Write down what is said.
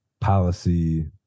policy